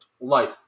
life